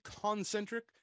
concentric